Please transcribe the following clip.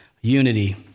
unity